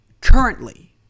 currently